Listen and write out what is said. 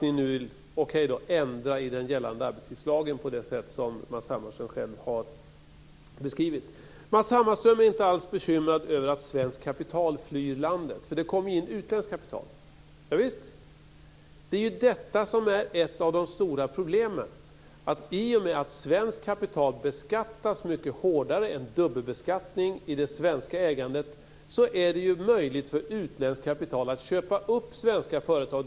Ni vill ändra i den gällande arbetstidslagen på det sätt som Matz Hammarström själv har beskrivit. Matz Hammarström är inte alls bekymrad över att svenskt kapital flyr landet eftersom det kommer in utländskt kapital. Javisst, det är ju detta som är ett av de stora problemen. I och med att svenskt kapital beskattas mycket hårdare genom en dubbelskattning i det svenska ägandet är det möjligt för utländskt kapital att köpa upp svenska företag.